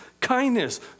kindness